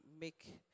make